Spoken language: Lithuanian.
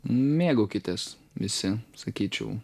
mėgaukitės visi sakyčiau